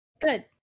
Good